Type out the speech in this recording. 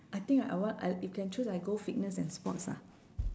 I think I want I if can choose I go fitness and sports ah